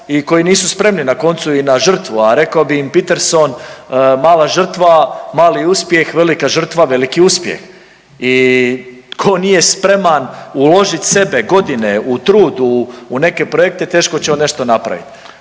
i koji nisu spremni na koncu i na žrtvu. A rekao bi im Peterson mala žrtva, mali uspjeh, velika žrtva, veliki uspjeh. I tko nije spreman uložiti sebe, godine u trud, u neke projekte teško će on nešto napraviti.